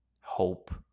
Hope